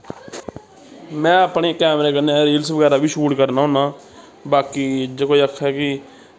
में अपने टैम दे कन्नै रीलस बगैरा बी शूट करना होन्ना बाकी जे कोई आक्खै ते